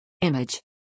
Image